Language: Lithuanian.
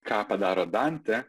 ką padaro dantė